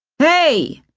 hey!